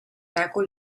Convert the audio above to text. nägu